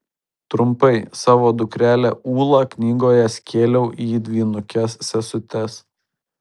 trumpai savo dukrelę ūlą knygoje skėliau į dvynukes sesutes